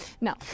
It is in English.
No